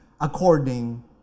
according